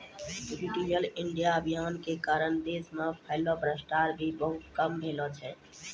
digital India अभियान के कारण देश मे फैल्लो भ्रष्टाचार भी बहुते कम भेलो छै